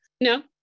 No